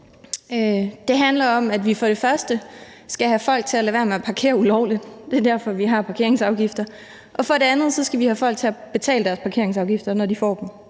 Det handler om, at vi for det første skal have folk til at lade være med at parkere ulovligt – det er derfor, vi har parkeringsafgifter. Og for det andet skal vi have folk til at betale deres parkeringsafgifter, når de får dem.